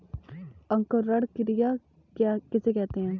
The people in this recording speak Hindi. अंकुरण क्रिया किसे कहते हैं?